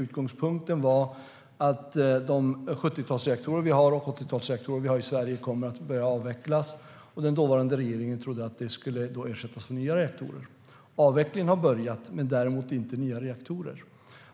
Utgångspunkten var att de 70 och 80-talsreaktorer vi har i Sverige kommer att behöva avvecklas. Den dåvarande regeringen trodde att de skulle ersättas med nya reaktorer. Avvecklingen har påbörjats, men däremot inte nya reaktorer.